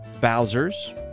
Bowser's